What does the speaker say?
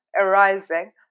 arising